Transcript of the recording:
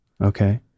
Okay